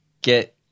get